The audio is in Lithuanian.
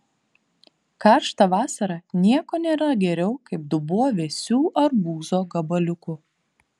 karštą vasarą nieko nėra geriau kaip dubuo vėsių arbūzo gabaliukų